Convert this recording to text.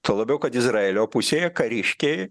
tuo labiau kad izraelio pusėje kariškiai